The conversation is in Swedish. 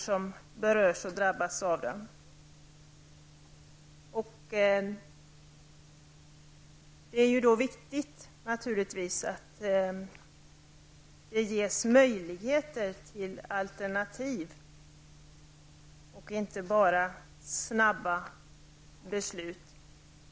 Det är ju då naturligtvis viktigt att det inte bara fattas snabba beslut utan att det också ges möjligheter till alternativ.